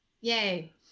Yay